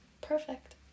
perfect